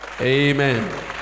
Amen